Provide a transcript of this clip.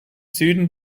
süden